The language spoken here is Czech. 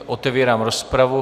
Otevírám rozpravu.